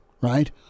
right